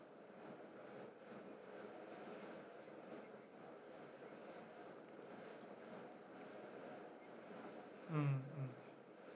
mm mm mm